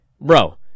Bro